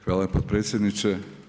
Hvala, potpredsjedniče.